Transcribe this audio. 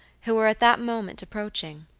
who were at that moment approaching.